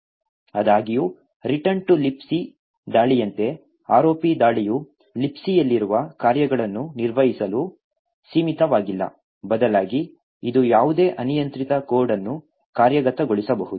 ಆದಾಗ್ಯೂ return to libc ದಾಳಿಯಂತೆ ROP ದಾಳಿಯು Libc ಯಲ್ಲಿರುವ ಕಾರ್ಯಗಳನ್ನು ನಿರ್ವಹಿಸಲು ಸೀಮಿತವಾಗಿಲ್ಲ ಬದಲಾಗಿ ಇದು ಯಾವುದೇ ಅನಿಯಂತ್ರಿತ ಕೋಡ್ ಅನ್ನು ಕಾರ್ಯಗತಗೊಳಿಸಬಹುದು